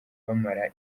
bamara